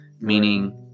meaning